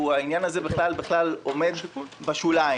העניין הזה בכלל עומד בשוליים.